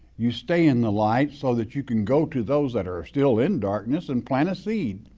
you stay in the light so that you can go to those that are are still in darkness and plant a seed.